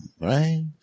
right